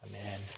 Amen